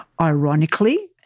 Ironically